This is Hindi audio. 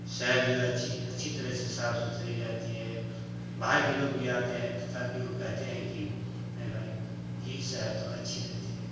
शहर जो अच्छी अच्छी तरह से साफ सुथरी रहती है बाहर के लोग भी आते हैं ताकि वो कहते हैं कि नहीं भाई इ शहर तो अच्छी रहती है